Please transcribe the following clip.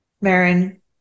Marin